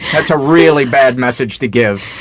that's a really bad message to give.